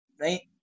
right